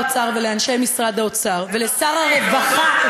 אני מבקשת להודות לשר האוצר ולאנשי משרד האוצר ולשר הרווחה,